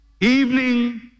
evening